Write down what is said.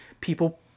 people